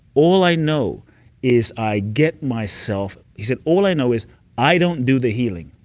all i know is i get myself. he said, all i know is i don't do the healing.